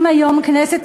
אם היום כנסת,